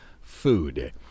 food